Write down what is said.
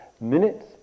minutes